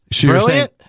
Brilliant